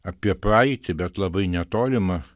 apie praeitį bet labai netolimą